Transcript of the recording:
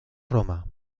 roma